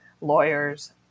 lawyers